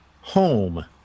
Home